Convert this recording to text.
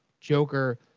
joker